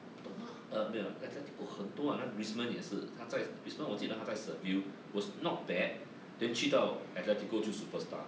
dorman uh 没有 atletico 过很多好像 griezmann 也是他在 griezmann 我记得他在 sevilla was not bad then 去到 atletico 就 superstar